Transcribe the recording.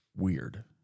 weird